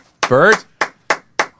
Bert